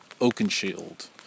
Oakenshield